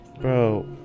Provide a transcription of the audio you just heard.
bro